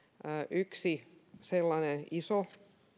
yksi sellainen iso